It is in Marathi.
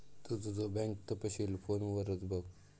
तु तुझो बँक तपशील फोनवरच बघ